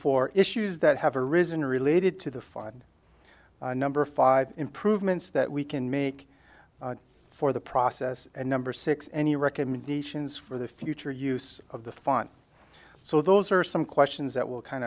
four issues that have arisen related to the fine number of five improvements that we can make for the process and number six any recommendations for the future use of the front so those are some questions that will kind